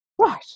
Right